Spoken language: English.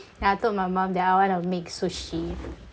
and I told my mum that I wanna make sushi